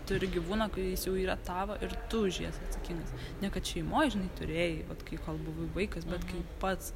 turi gyvūną kuris jau yra tavo ir tu už jį esi atsakingas ne kad šeimoj žinai turėjai vat kai kol buvai vaikas bet kai pats